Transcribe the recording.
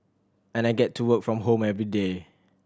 and I get to work from home everyday